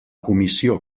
comissió